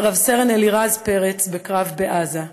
רב סרן אלירז פרץ, בקרב בעזה,